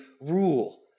rule